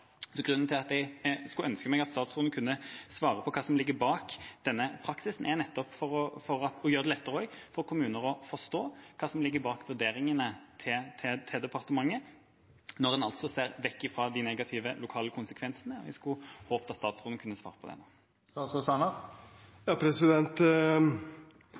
Grunnen til at jeg skulle ønske meg at statsråden kunne svare på hva som ligger bak denne praksisen, er nettopp å gjøre det lettere for kommuner å forstå hva som ligger bak vurderingene til departementet når en ser vekk fra de negative lokale konsekvensene. Jeg hadde håpet at statsråden kunne svare på